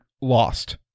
lost